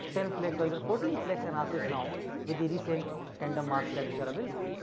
ten plex or even fourteen plex analysis now with the recent tandem mass tag which are available.